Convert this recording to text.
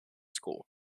school